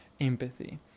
empathy